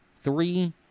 three